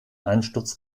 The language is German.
einsturz